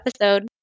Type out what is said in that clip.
episode